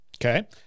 Okay